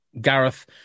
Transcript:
Gareth